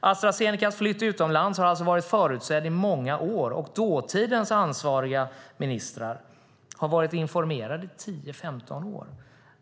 Astra Zenecas flytt utomlands har alltså varit förutseddd i många år, och dåtidens ansvariga ministrar har varit informerade i 10-15 år.